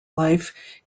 life